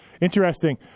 interesting